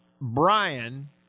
Brian